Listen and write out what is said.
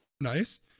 Nice